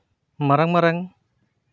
ᱢᱟᱨᱟᱝ ᱢᱟᱨᱟᱝ